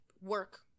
work